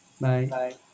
Bye